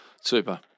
Super